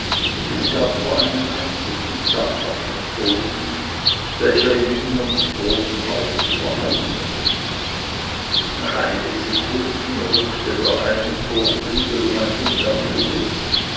es gab nur einen einzigen zaghaften ton welcher im innern des großen hauses verhallte nach einigen sekunden ruckte der eine torflügel um ein unmerkliches